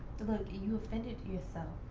look you offended yourself.